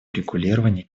урегулировании